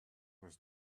was